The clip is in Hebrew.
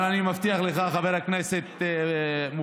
אבל אני מבטיח לך, חבר הכנסת מופיד,